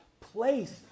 place